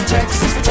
Texas